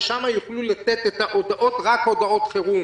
ושם יוכלו לתת רק הודעות חירום.